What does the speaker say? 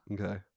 Okay